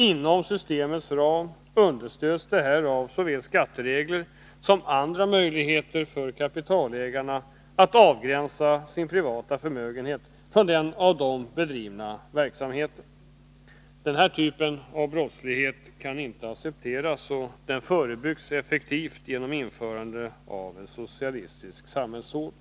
Inom systemets ram understöds detta av såväl skatteregler som andra möjligheter för kapitalägarna att avgränsa sin privata förmögenhet från den av dem bedrivna verksamheten. Den typen av brottslighet kan inte accepteras, och den förebyggs effektivt genom införande av en socialistisk samhällsordning.